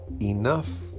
enough